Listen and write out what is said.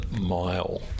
mile